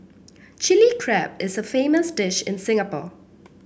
Chilli Crab is a famous dish in Singapore